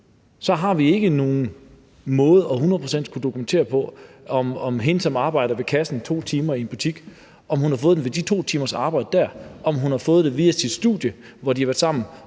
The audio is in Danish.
procent sikker måde at kunne dokumentere, om hende, som arbejder ved kassen 2 timer i en butik, har fået det ved de 2 timers arbejde der, eller om hun har fået det via sit studie, hvor de har været sammen,